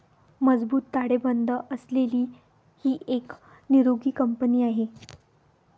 मजबूत ताळेबंद असलेली ही एक निरोगी कंपनी आहे